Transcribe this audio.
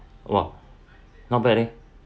!wah! not bad leh